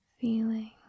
feeling